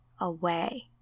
away